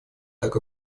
так